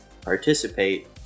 participate